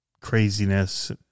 craziness